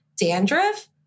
dandruff